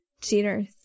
Cheaters